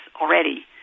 already